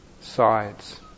sides